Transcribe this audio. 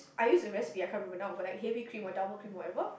I use the recipe I can't remember now but like heavy cream or double cream whatever